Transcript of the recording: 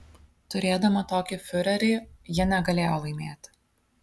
turėdama tokį fiurerį ji negalėjo laimėti